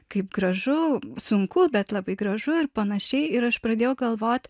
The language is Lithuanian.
kaip gražu sunku bet labai gražu ir pan ir aš pradėjau galvot